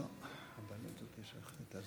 יוליה מלינובסקי,